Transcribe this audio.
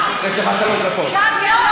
תודה רבה,